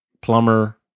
plumber